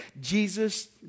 Jesus